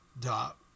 dot